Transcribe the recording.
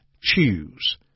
choose